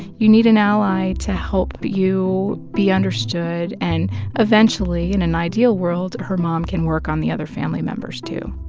you need an ally to help you be understood. and eventually, in an ideal world, her mom can work on the other family members, too